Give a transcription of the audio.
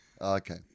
Okay